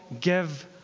give